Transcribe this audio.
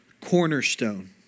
cornerstone